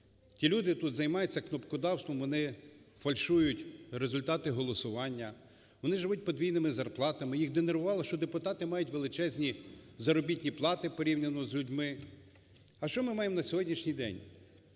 ті люди тут займаються кнопкодавством, вони фальшують результати голосування, вони живуть подвійними зарплатами, їх нервувало, що депутати мають величезні заробітні плати порівняно з людьми. А що ми маємо на сьогоднішній день?